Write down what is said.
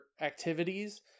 activities